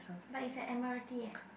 but it's at Admiralty eh